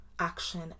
action